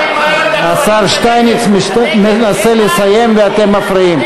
השר שטייניץ מנסה לסיים ואתם מפריעים.